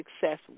success